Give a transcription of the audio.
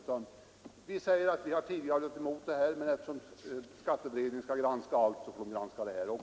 Man säger att vi har varit emot avdrag, men eftersom skatteberedningen skall granska allt detta så får den granska även avdragen.